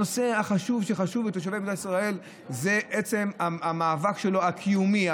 הנושא שחשוב לתושבי מדינת ישראל זה עצם המאבק הקיומי שלהם,